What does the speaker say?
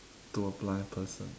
to a blind person